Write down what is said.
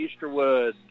Easterwood